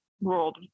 world